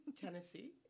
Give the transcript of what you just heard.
Tennessee